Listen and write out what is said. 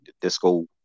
Disco